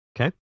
Okay